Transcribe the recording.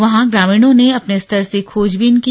वहीं ग्रामीणों ने अपने स्तर से खोजबीन की